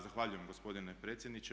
Zahvaljujem gospodine predsjedniče.